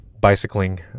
bicycling